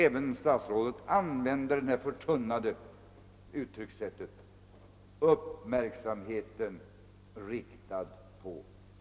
Även statsrådet använder det uttunnade uttryckssättet — >uppmärksamheten riktad på».